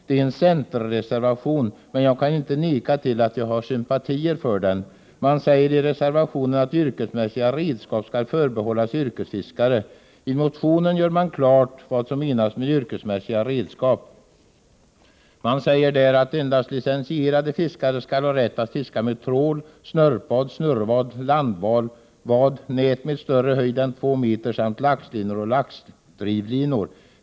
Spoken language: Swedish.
Det är en centerreservation, men jag kan inte neka till att jag har sympatier för den. Man säger i reservationen att yrkesmässiga redskap skall förbehållas yrkesfiskare. I motionen gör man klart vad som menas med yrkesmässiga redskap. Centerpartisterna säger där att endast licensierade fiskare skall ha rätt att fiska med trål, snörpvad, snurrevad, landvad, nät med större höjd än 2 meter samt laxlinor och laxdrivlinor.